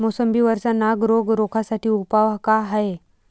मोसंबी वरचा नाग रोग रोखा साठी उपाव का हाये?